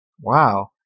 Wow